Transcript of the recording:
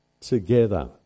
together